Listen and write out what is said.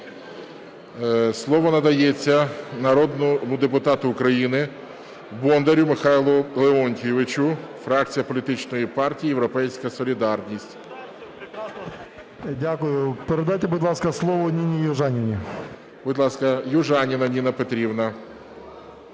Слово надається народному депутату України Бондарю Михайлу Леонтійовичу, фракція політичної партії "Європейська солідарність". 14:29:03 БОНДАР М.Л. Дякую. Передайте, будь ласка, слово Ніні Южаніній. ГОЛОВУЮЧИЙ. Будь ласка, Южаніна Ніна Петрівна.